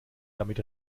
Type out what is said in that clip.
damit